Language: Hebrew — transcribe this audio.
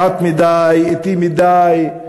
מעט מדי, אטי מדי,